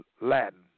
Latin